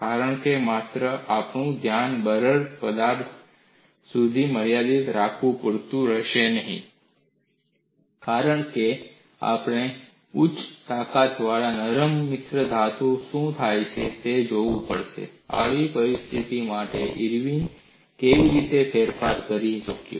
કારણ કે માત્ર આપણું ધ્યાન બરડ ઘન પદાર્થો સુધી મર્યાદિત રાખવું પૂરતું રહેશે નહીં કારણ કે આપણે ઉચ્ચ તાકાતવાળા નરમ મિશ્રિતધાતુમાં શું થાય છે તે જોવું પડશે આવી પરિસ્થિતિ માટે ઇરવિન કેવી રીતે ફેરફાર કરી શક્યો